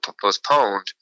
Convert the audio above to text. postponed